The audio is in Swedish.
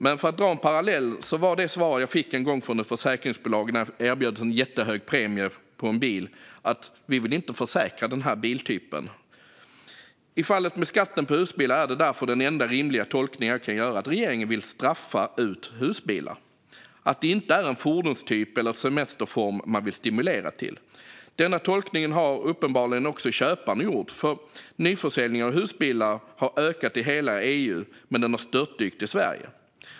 Men jag vill dra en parallell till det svar jag en gång fick från ett försäkringsbolag, när jag hade erbjudits en jättehög premie på en bil: de ville inte försäkra den biltypen. I fallet med skatten på husbilar är därför den enda rimliga tolkning jag kan göra att regeringen vill straffa ut husbilar. Det är inte en fordonstyp eller semesterform man vill stimulera. Denna tolkning har uppenbarligen också köparna gjort. Nyförsäljningen av husbilar har ökat i hela EU, men den har störtdykt i Sverige.